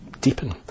deepen